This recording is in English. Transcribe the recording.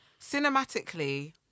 cinematically